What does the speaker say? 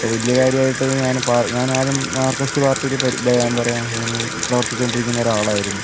ഇപ്പം വല്യ കാര്യമായിട്ട് ഞാൻ ഇപ്പം ഞാൻ ആദ്യം മാർകസ്റ്റ് പാർട്ടിയിൽ എന്താ പറയാ പ്രവർത്തിച്ചു കൊണ്ടിരിക്കുന്ന ഒരാളായിരുന്നു